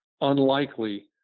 unlikely